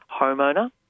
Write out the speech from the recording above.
homeowner